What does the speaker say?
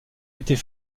était